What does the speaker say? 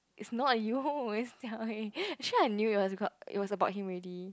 it's not you is jia-wei actually I knew it was about him already